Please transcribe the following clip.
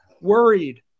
worried